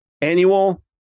Annual